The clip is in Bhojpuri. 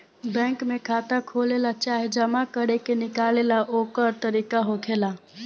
बैंक में खाता खोलेला चाहे जमा करे निकाले ला ओकर तरीका होखेला